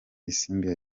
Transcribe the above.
isimbi